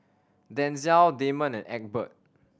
Denzell Damon and Egbert